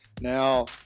Now